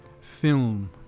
film